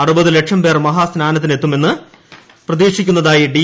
അറുപതു ലക്ഷംപേർ മഹാസ്നാനത്തിനെത്തുമെന്ന് പ്രതീക്ഷിക്കുന്നതായി ഡി